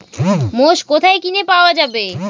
মোষ কোথায় কিনে পাওয়া যাবে?